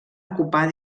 ocupar